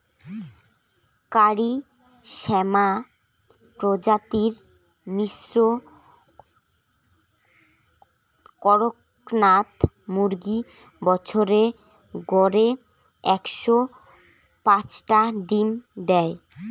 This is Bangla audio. কারি শ্যামা প্রজাতির মিশ্র কড়কনাথ মুরগী বছরে গড়ে একশো পাঁচটা ডিম দ্যায়